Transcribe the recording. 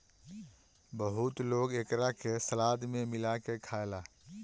बहुत लोग एकरा के सलाद में मिला के खाएला